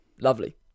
Lovely